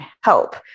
help